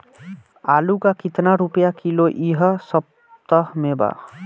आलू का कितना रुपया किलो इह सपतह में बा?